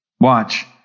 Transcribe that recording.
Watch